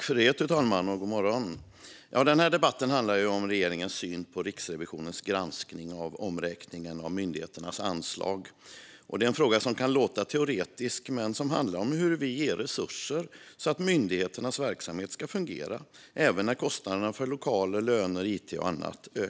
Fru talman! Denna debatt handlar om regeringens syn på Riksrevisionens granskning av omräkningen av myndigheternas anslag. Det är en fråga som kan låta teoretisk men som handlar om hur vi ger resurser så att myndigheternas verksamhet ska fungera, även när kostnaderna för lokaler, löner, it och annat ökar.